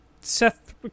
Seth